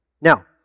Now